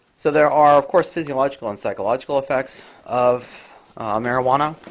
so there are, of course, physiological and psychological effects of marijuana.